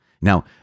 Now